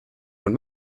von